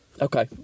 Okay